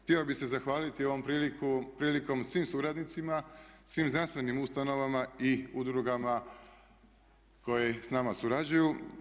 Htio bih se zahvaliti ovom prilikom svim suradnicima, svim znanstvenim ustanovama i udrugama koje s nama surađuju.